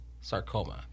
sarcoma